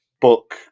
book